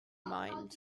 mind